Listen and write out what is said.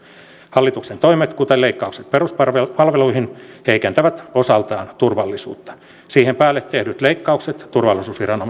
hallituksen toimet kuten leikkaukset peruspalveluihin heikentävät osaltaan turvallisuutta siihen päälle tehdyt leikkaukset turvallisuusviranomaisten